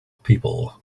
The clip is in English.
people